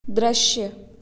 दृश्य